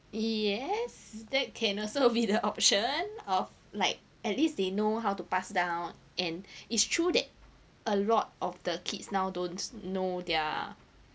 yes that can also be the option of like at least they know how to pass down and it's true that a lot of the kids now don't know their